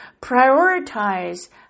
prioritize